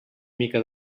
mica